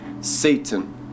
Satan